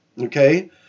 okay